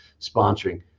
sponsoring